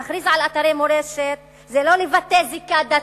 להכריז על אתרי מורשת זה לא לבטא זיקה דתית,